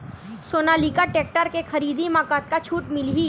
Sonalika tractor के खरीदी मा कतका छूट मीलही?